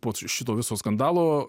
po šito viso skandalo